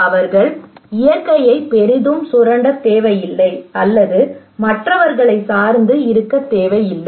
அவர்கள் இயற்கையை பெரிதும் சுரண்டத் தேவையில்லை அல்லது மற்றவர்களைச் சார்ந்து இருக்கத் தேவையில்லை